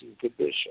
condition